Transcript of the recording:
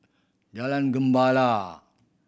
Jalan Gemala